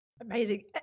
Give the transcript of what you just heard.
Amazing